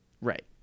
right